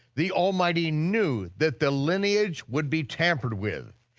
the almighty knew that the lineage would be tampered with.